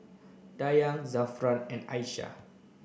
Dayang Zafran and Aisyah